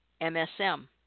MSM